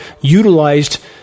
utilized